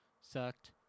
sucked